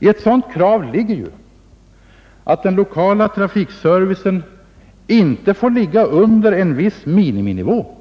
I ett sådan krav ligger att den lokala trafikservicen inte får ligga under en viss miniminivå vare sig